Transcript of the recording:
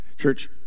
church